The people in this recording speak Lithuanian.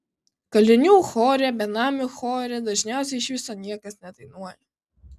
kalinių chore benamių chore dažniausiai iš viso niekas nedainuoja